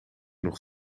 nog